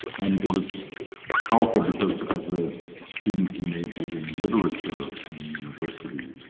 and it was powerful because, as a student who majored in literature in university,